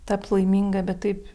tapt laiminga bet taip